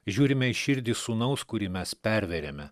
žiūrime į širdį sūnaus kurį mes pervėrėme